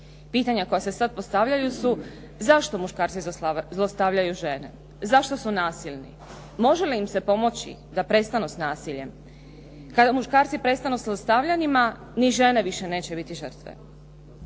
Pitanja koja se sad postavljaju su zašto muškarci zlostavljaju žene, zašto su nasilni? Može li im se pomoći da prestanu s nasiljem? Kada muškarci prestanu sa zlostavljanjima ni žene više neće biti žrtve,